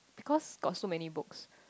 because got so many books